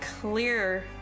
clear